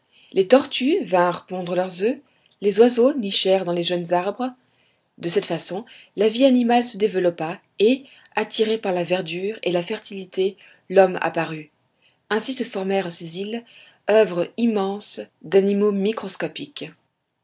les tortues vinrent pondre leurs oeufs les oiseaux nichèrent dans les jeunes arbres de cette façon la vie animale se développa et attiré par la verdure et la fertilité l'homme apparut ainsi se formèrent ces îles oeuvres immenses d'animaux microscopiques